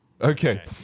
Okay